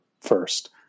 first